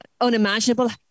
unimaginable